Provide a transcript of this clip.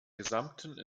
gesamten